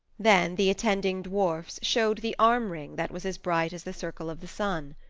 then the attending dwarfs showed the armring that was as bright as the circle of the sun.